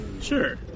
Sure